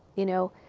you know,